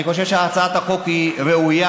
אני חושב שהצעת החוק היא ראויה.